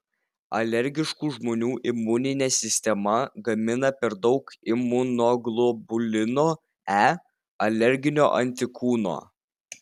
alergiškų žmonių imuninė sistema gamina per daug imunoglobulino e alerginio antikūno